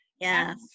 Yes